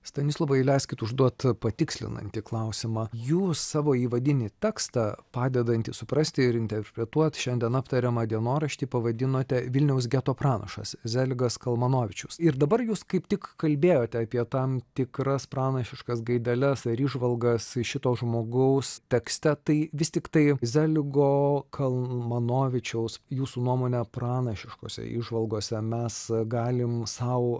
stanislovai leiskit užduot patikslinantį klausimą jūs savo įvadinį tekstą padedantį suprasti ir interpretuot šiandien aptariamą dienoraštį pavadinote vilniaus geto pranašas zeligas kalmanovičius ir dabar jūs kaip tik kalbėjote apie tam tikras pranašiškas gaideles ar įžvalgas šito žmogaus tekste tai vis tiktai zeligo kalmanovičiaus jūsų nuomone pranašiškose įžvalgose mes galim sau